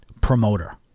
promoter